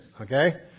okay